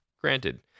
Granted